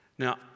Now